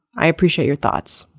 i appreciate your thoughts.